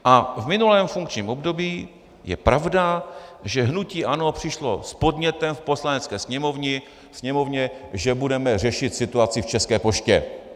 V minulém funkčním období, je pravda, že hnutí ANO přišlo s podnětem v Poslanecké sněmovně, že budeme řešit situaci v České poště.